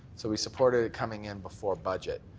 so we supported it coming in before budget.